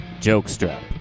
Jokestrap